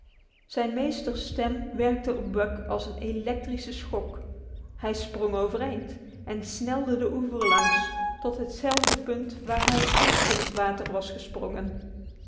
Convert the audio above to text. zijn meesters stem werkte op buck als een electrische schok hij sprong overeind en snelde de oever langs tot hetzelfde punt waar hij het eerst in het water was gesprongen